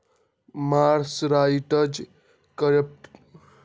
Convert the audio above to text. mercerised cotton के Egyptian cotton के नाम से भी जानल जा हई